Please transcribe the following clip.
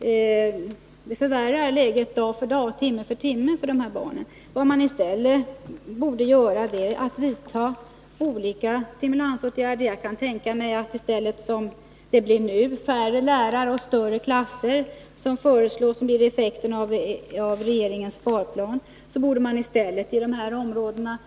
gör, förvärrar ju läget dag för dag och timme för timme för de här barnen. Vad man i stället bör göra är att vidta olika stimulansåtgärder. Jag kan tänka mig att man — i stället för att som nu, när färre lärare och större klasser blir effekten av regeringens sparplan — borde satsa på mindre klasser i de här områdena.